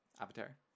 Avatar